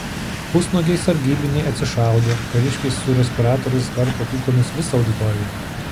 pusnuogiai sargybiniai atsišaudė kariškiai su respiratoriais varpė kulkomis visą auditoriją